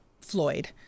Floyd